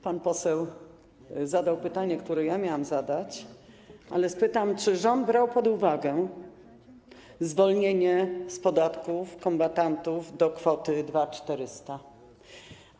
Pan poseł zadał pytanie, które ja miałam zadać, ale spytam, czy rząd brał pod uwagę zwolnienie z podatków kombatantów, chodzi o kwotę do 2400 zł.